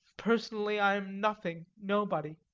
personally i am nothing, nobody.